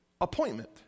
appointment